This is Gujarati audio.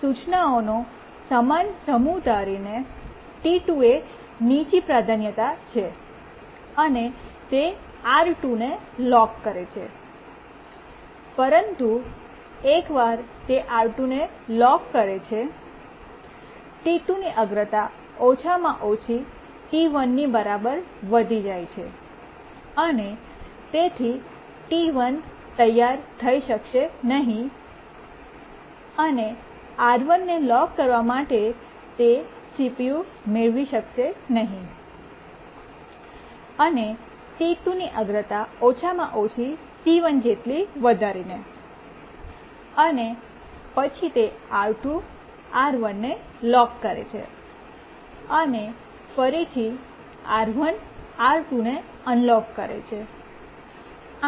અહીં સૂચનાઓનો સમાન સમૂહ ધારીનેT2 એ નીચી પ્રાધાન્યતા છે અને તે R2 ને લોક કરે છે પરંતુ એકવાર તે R2 ને લોક કરે છે T2 ની અગ્રતા ઓછામાં ઓછી T1 ની બરાબર વધી જાય છે અને તેથી T1 તૈયાર થઈ શકશે નહીં અને R1ને લોક કરવા માટે CPU મેળવી શકશે નહીં અને T2 ની અગ્રતા ઓછામાં ઓછી T1 જેટલી વધારીને અને પછી તે R2R1 ને લોક કરે છે અને ફરીથી R1R2 ને અનલોક કરે છે